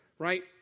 Right